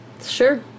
Sure